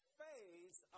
phase